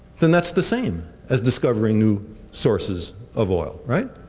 then that's the same as discovering new sources of oil, right?